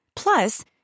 Plus